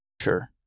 Sure